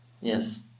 Yes